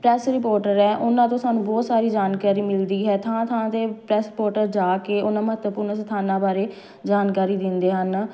press reporter ਹੈ ਉਹਨਾਂ ਤੋਂ ਸਾਨੂੰ ਬਹੁਤ ਸਾਰੀ ਜਾਣਕਾਰੀ ਮਿਲਦੀ ਹੈ ਥਾਂ ਥਾਂ 'ਤੇ ਪ੍ਰੈਸ ਰਿਪੋਰਟਰ ਜਾ ਕੇ ਉਹਨਾਂ ਮਹੱਤਵਪੂਰਨ ਸਥਾਨਾਂ ਬਾਰੇ ਜਾਣਕਾਰੀ ਦਿੰਦੇ ਹਨ